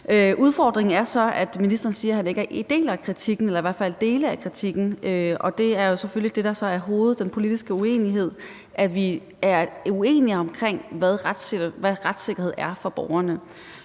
Udfordringen er så, at ministeren siger, at han ikke deler kritikken eller i hvert fald dele af kritikken. Og det er jo selvfølgelig det, der er hoveddelen i den politiske uenighed, altså at vi er uenige om, hvad retssikkerhed for borgerne